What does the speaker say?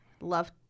love